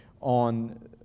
on